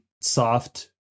soft